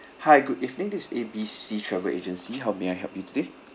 hi good evening this is A B C travel agency how may I help you today